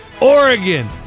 Oregon